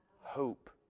hope